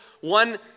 One